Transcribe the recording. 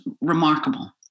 remarkable